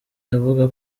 avuga